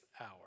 hour